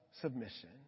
submission